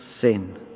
sin